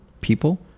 people